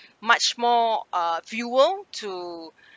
much more uh fuel to